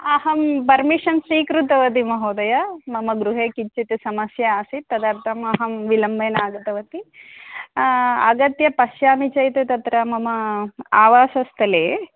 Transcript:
अहं पर्मीशन् स्वीकृतवती महोदय मम गृहे किञ्चित् समस्या आसीत् तदर्थम् अहं विलम्बेन आगतवती आगत्य पश्यामि चेत् तत्र मम आवासस्थले